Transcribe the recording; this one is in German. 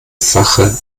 sache